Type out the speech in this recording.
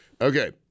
Okay